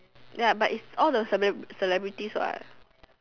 ya but it's all the celeb~ celebrities what